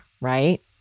right